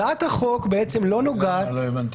לא הבנתי,